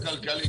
זה לא כלכלי.